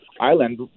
Island